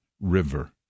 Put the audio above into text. River